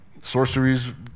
sorceries